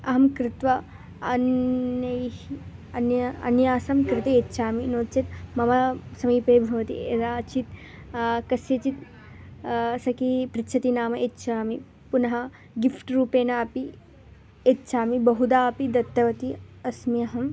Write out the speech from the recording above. अहं कृत्वा अन्यैः अन्य अन्यासां कृते यच्छामि नो चेत् मम समीपे भवति यदा चेत् कस्यचित् सखी पृच्छति नाम यच्छामि पुनः गिफ़्ट् रूपेण अपि यच्छामि बहुधा दत्तवती अस्मि अहम्